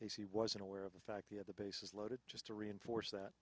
he wasn't aware of the fact he had the bases loaded just to reinforce that